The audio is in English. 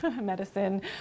medicine